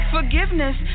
Forgiveness